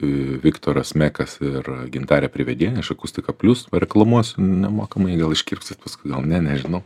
viktoras mekas ir gintarė privedienė iš akustika plius pareklamuosiu nemokamai gal išskirpsit paskui gal ne nežinau